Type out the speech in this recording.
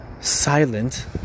silent